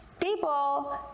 people